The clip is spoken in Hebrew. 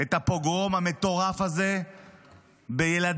את הפוגרום המטורף הזה בילדים,